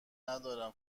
ندارم